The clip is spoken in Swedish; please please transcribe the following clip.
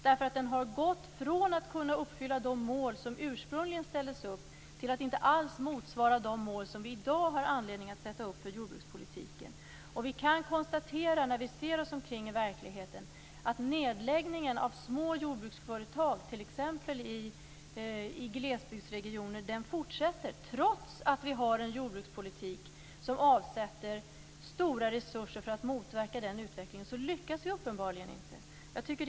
Den har gått från att uppfylla de mål som ursprungligen ställdes upp till att inte alls motsvara de mål som vi i dag har anledning att sätta upp för jordbrukspolitiken. När vi ser oss omkring i verkligheten kan vi konstatera att nedläggningen av små jordbruksföretag i t.ex. glesbygdsregioner fortsätter. Trots att vi har en jordbrukspolitik där det avsätts stora resurser för att motverka denna utveckling lyckas vi inte.